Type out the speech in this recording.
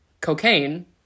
cocaine